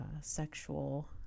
sexual